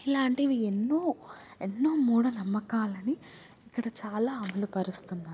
ఇలాంటివి ఎన్నో ఎన్నో మూఢనమ్మకాలని ఇక్కడ చాలా అమలు పరుస్తున్నారు